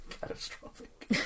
Catastrophic